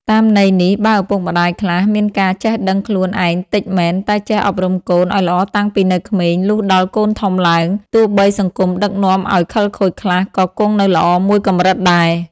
តាមន័យនេះ បើឪពុកម្ដាយខ្លះ មានការចេះដឹងខ្លួនឯងតិចមែន តែចេះអប់រំកូនឲ្យល្អតាំងពីនៅក្មេង លុះដល់កូនធំឡើង ទោះបីសង្គមដឹកនាំឲ្យខិលខូចខ្លះ ក៏គង់នៅល្អមួយកម្រិតដែរ ។